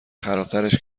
خرابترش